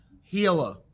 healer